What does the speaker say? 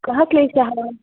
कः क्लेशः